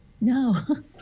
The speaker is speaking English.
no